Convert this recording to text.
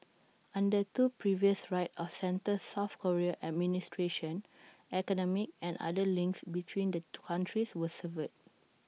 under two previous right of centre south Korean administrations economic and other links between the countries were severed